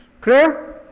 clear